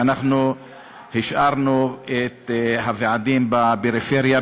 ואנחנו השארנו את הוועדים בפריפריה,